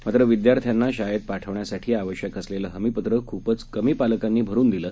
मात्र विद्यार्थ्यांना शाळेत पाठवण्यासाठी आवश्यक असलेलं हमीपत्र खूपच कमी पालकांनी भरून दिलं